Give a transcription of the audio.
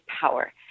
power